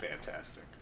fantastic